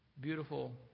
beautiful